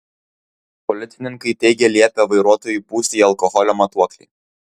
policininkai teigia liepę vairuotojui pūsti į alkoholio matuoklį